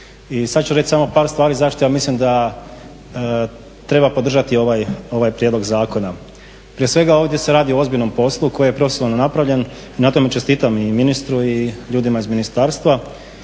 I sad ću reći samo par stvari zašto ja mislim da treba podržati ovaj prijedlog zakona. Prije svega, ovdje se radi o ozbiljnom poslu koji je profesionalno napravljen i na tome čestitam i ministru i ljudima iz ministarstva,